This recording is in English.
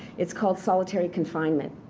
it's called solitary confinement.